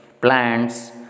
plants